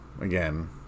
Again